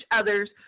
others